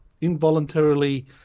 involuntarily